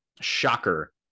shocker